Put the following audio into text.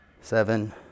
seven